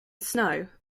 snow